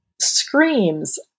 screams